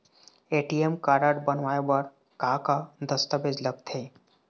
ATM card बनवाए बर का का दस्तावेज लगथे?